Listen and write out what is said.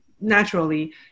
naturally